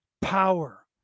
Power